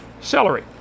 celery